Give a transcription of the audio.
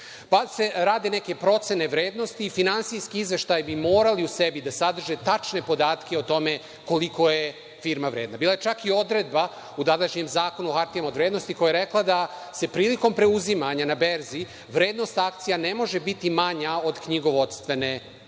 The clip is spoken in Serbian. pa se rade neke procene vrednosti. Finansijski izveštaji bi morali u sebi da sadrže tačne podatke o tome koliko je firma vredna. Bila je čak i odredba u tadašnjem Zakonu o hartijama od vrednosti, koja je rekla da se prilikom preuzimanja na berzi, vrednost akcija ne može biti manja od knjigovodstvene